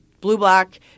blue-black